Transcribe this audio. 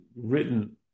written